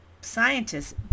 scientists